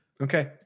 Okay